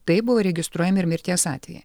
taip buvo registruojami ir mirties atvejai